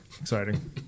exciting